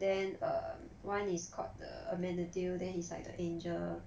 then um one is called the amenable then he's like the angel